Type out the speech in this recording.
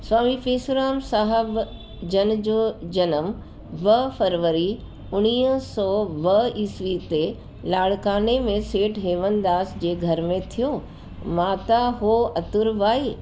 स्वामी पेसुराम साहिबु जन जो ॼनमु ॿ फरवरी उणिवीह सौ ॿ ईसवी ते लाड़काने में सेठ हेमनदास जे घर में थियो माता हो अतुर बाई